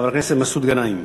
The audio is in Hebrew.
חבר הכנסת מסעוד גנאים.